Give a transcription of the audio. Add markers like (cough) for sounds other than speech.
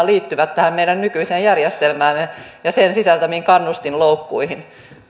(unintelligible) liittyvät tähän meidän nykyiseen järjestelmäämme ja sen sisältämiin kannustinloukkuihin